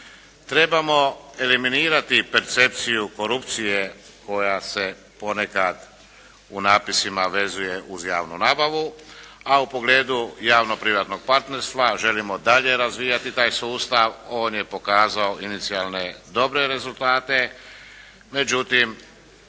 Trebamo eliminirati percepciju korupcije koja se ponekad u napisima vezuje uz javnu nabavu, a u pogledu javnog privatnog partnerstva želimo dalje razvijati taj sustav, on je pokazao inicijalne dobre rezultate, međutim